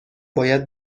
باید